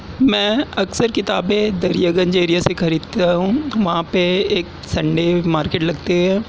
میں اکثر کتابیں دریا گنج ایریا سے خریدتا ہوں وہاں پہ ایک سنڈے مارکیٹ لگتے ہے